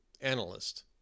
analyst